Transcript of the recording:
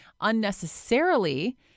unnecessarily